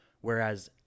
whereas